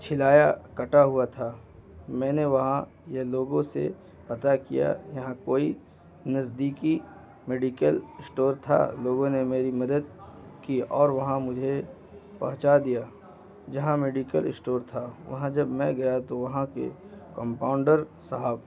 چھلایا کٹا ہوا تھا میں نے وہاں یہ لوگوں سے پتہ کیا یہاں کوئی نزدیکی میڈیکل اسٹور تھا لوگوں نے میری مدد کی اور وہاں مجھے پہنچا دیا جہاں میڈیکل اسٹور تھا وہاں جب میں گیا تو وہاں کے کمپاؤنڈر صاحب